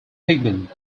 pigment